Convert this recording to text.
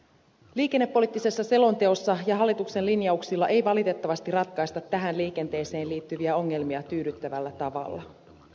liikennepoliittisessa selonteossa ja hallituksen linjauksilla ei valitettavasti ratkaista tähän liikenteeseen liittyviä ongelmia tyydyttävällä tavalla